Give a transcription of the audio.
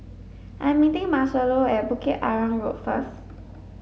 I'm meeting Marcelo at Bukit Arang Road first